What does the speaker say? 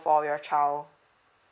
for your child